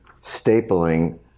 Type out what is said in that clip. stapling